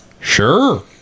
Sure